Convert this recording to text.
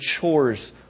chores